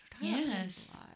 yes